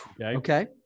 okay